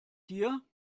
tier